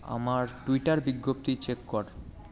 আমার টুইটার বিজ্ঞপ্তি চেক কর